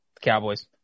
Cowboys